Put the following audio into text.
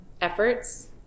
efforts